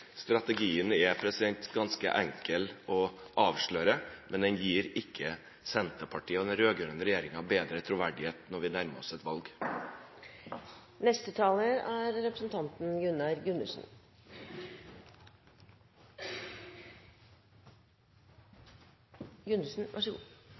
Strategien er ganske enkel å avsløre, men den gir ikke Senterpartiet og den rød-grønne regjeringen større troverdighet når vi nærmer oss et valg.